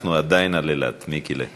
אנחנו עדיין על אילת, מיקיל'ה.